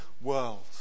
world